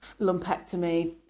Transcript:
lumpectomy